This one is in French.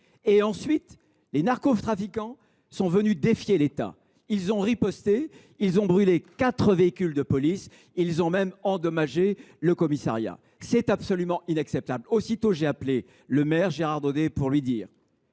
Ensuite, les narcotrafiquants sont venus défier l’État. Ils ont riposté, brûlant quatre véhicules de police et allant jusqu’à endommager le commissariat. C’est absolument inacceptable ! Aussitôt, j’ai appelé le maire, Gérard Daudet, pour lui dire,